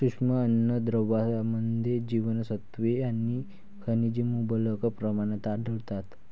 सूक्ष्म अन्नद्रव्यांमध्ये जीवनसत्त्वे आणि खनिजे मुबलक प्रमाणात आढळतात